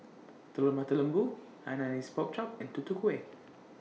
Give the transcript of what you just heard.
Telur Mata Lembu Hainanese Pork Chop and Tutu Kueh